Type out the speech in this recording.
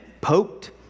poked